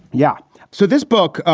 yeah so this book,